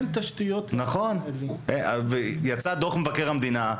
יצא דוח מבקר המדינה,